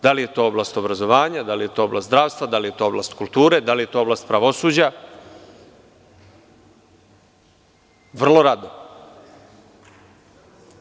Da li je to oblast obrazovanja, da li je to oblast zdravstva, da li je to oblast kulture, da li je to oblast pravosuđa, vrlo rado.